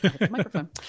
microphone